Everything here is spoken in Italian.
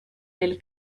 del